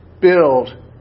build